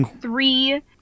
three